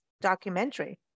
documentary